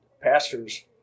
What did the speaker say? pastors